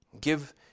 give